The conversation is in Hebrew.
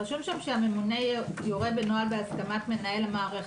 רשום שם ש"הממונה יורה בנוהל בהסכמת מנהל המערכת",